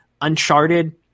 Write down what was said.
Uncharted